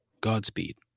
Godspeed